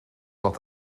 dat